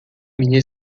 minha